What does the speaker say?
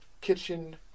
kitchen